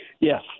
Yes